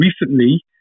recently